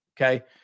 okay